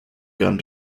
gun